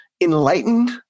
enlightened